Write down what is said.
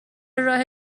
راه